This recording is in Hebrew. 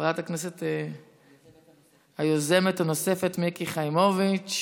חברת הכנסת היוזמת הנוספת, מיקי חיימוביץ',